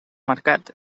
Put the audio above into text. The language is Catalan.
mercat